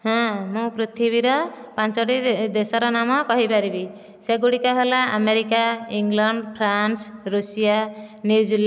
ହଁ ମୁଁ ପୃଥିବୀର ପାଞ୍ଚୋଟି ଦେ ଦେଶର ନାମ କହିପାରିବି ସେଗୁଡ଼ିକ ହେଲା America England France Russia New Zealand